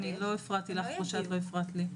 אני לא הפרעתי לך כמו שאת לא תפריעי לי,